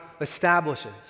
establishes